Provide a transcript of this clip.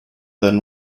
then